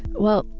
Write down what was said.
well,